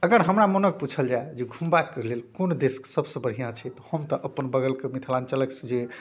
अगर हमरा मोनके पूछल जाए जे घुमबाके लेल कोन देश सबसँ बढ़िआँ छै तऽ हम तऽ अपन बगलके मिथिलाञ्चलके जे